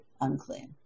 unclean